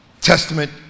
Testament